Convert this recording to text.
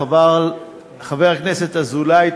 חבר הכנסת אזולאי,